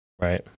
Right